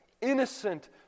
innocent